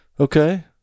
Okay